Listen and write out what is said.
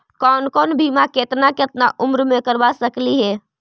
कौन कौन बिमा केतना केतना उम्र मे करबा सकली हे?